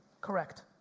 Correct